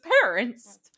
parents